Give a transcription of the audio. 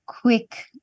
quick